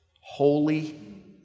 holy